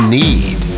need